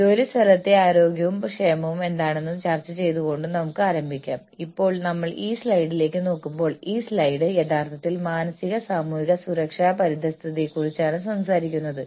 ദീർഘകാലത്തേക്ക് കമ്പനിയിൽ ഉണ്ടായിരുന്ന അല്ലെങ്കിൽ ഓർഗനൈസേഷനിൽ വളരെ ഉയർന്ന പങ്കാളിത്തമുള്ള മുതിർന്ന എക്സിക്യൂട്ടീവുകൾക്ക് ഹ്രസ്വകാല പ്രോത്സാഹനങ്ങൾ പോരാ അവർക്ക് കൂടുതൽ എന്തെങ്കിലും നൽകേണ്ടതുണ്ട്